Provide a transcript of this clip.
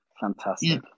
Fantastic